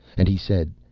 and he said,